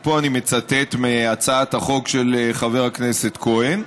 ופה אני מצטט מהצעת החוק של חבר הכנסת כהן,